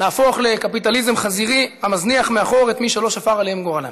להפוך לקפיטליזם חזירי המזניח מאחור את מי שלא שפר עליהם גורלם,